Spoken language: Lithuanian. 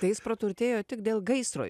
tai jis praturtėjo tik dėl gaisro